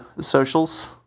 socials